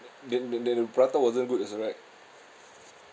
the the the prata wasn't good also right